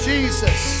Jesus